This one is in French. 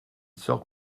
sort